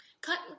cut